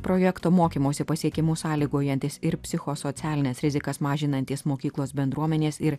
projekto mokymosi pasiekimų sąlygojantis ir psichosocialines rizikas mažinantys mokyklos bendruomenės ir